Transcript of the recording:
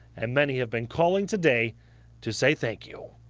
and many have been calling today to say thank you.